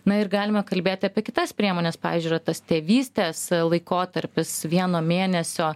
na ir galime kalbėti apie kitas priemones pavyzdžiui yra tas tėvystės laikotarpis vieno mėnesio